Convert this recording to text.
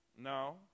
No